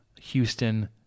Houston